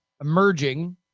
emerging